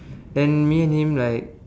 then me and him like